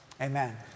amen